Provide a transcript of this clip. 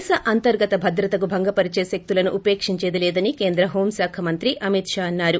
దేశ అంతర్గత భద్రతను భంగపరిచే శక్తులను ఉపేక్షించేది లేదని కేంద్ర హోం శాఖ మంత్రి అమిత్ షా అన్నారు